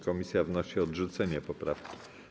Komisja wnosi o odrzucenie tej poprawki.